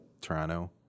Toronto